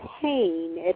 pain